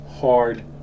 hard